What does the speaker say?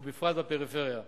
ובפרט בפריפריה,